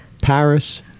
paris